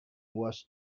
was